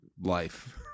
life